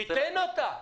תן אותה.